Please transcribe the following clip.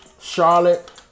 Charlotte